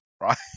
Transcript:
right